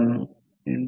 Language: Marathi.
तर हे फक्त पहा